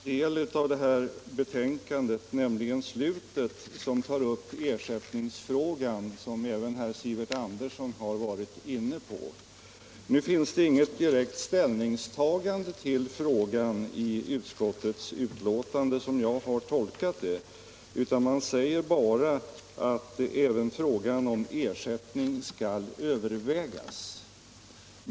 Herr talman! Jag skall bara ta upp en enda del av det här betänkandet, nämligen slutet, där man tar upp ersättningsfrågan, som även herr Sivert Andersson i Stockholm varit inne på. Som jag har tolkat det tar utskottet i sitt betänkande inte någon direkt ställning till denna fråga, utan utskottet säger bara att även frågan om ersättning skall övervägas.